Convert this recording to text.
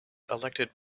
elected